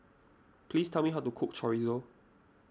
please tell me how to cook Chorizo